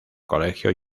colegio